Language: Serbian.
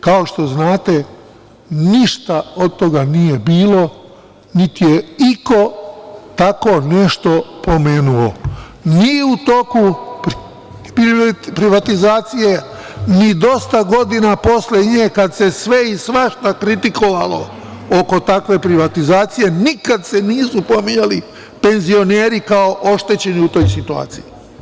Kao što znate, ništa od toga nije bilo, niti je iko tako nešto pomenuo, ni u toku privatizacije, ni dosta godina posle nje kada se sve i svašta kritikovalo oko takve privatizacije, nikada se nisu pominjali penzioneri kao oštećeni u toj situaciji.